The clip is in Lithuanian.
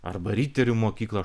arba riterių mokyklą